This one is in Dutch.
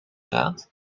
gaat